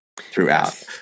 throughout